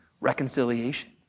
reconciliation